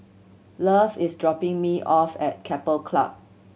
Love is dropping me off at Keppel Club